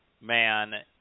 man